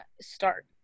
start